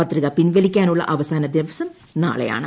പത്രിക പിൻവലിക്കാനുള്ള അവസാന്ട്രിവസം നാളെയാണ്